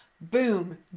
boom